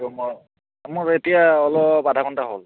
ত' মই মোৰ এতিয়া অলপ আধা ঘণ্টা হ'ল